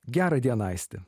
gerą dieną aisti